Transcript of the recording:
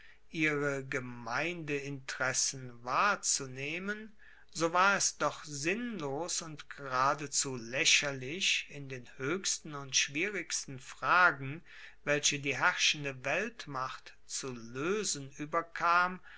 ihre gemeindeinteressen wahrzunehmen so war es doch sinnlos und geradezu laecherlich in den hoechsten und schwierigsten fragen welche die herrschende weltmacht zu loesen ueberkam